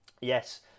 Yes